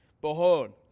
Behold